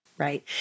Right